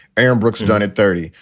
aaron brooks dunn at thirty,